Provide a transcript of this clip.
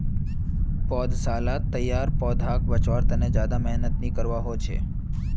पौधसालात तैयार पौधाक बच्वार तने ज्यादा मेहनत नि करवा होचे